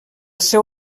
seu